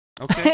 Okay